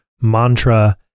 mantra